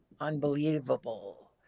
unbelievable